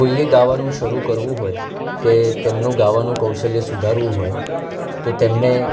કોઈએ ગાવાનું શરૂ કરવું હોય કે તેમનું ગાવાનું કૌશલ્ય સુધારવું હોય તો તેમને